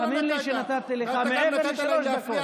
תאמין לי שנתתי לך מעבר לשלוש דקות.